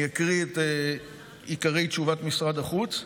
אני אקריא את עיקרי תשובת משרד החוץ,